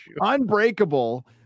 Unbreakable